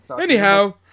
Anyhow